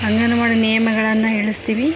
ಅಂಗನವಾಡಿ ನಿಯಮಗಳನ್ನು ಹೇಳಿಸ್ತೀವಿ